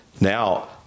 Now